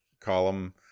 column